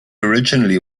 originally